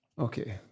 Okay